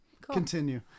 continue